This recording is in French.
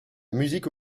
musique